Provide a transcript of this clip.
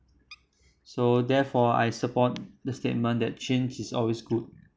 so therefore I support the statement that change is always good